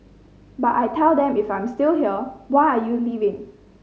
but I tell them if I'm still here why are you leaving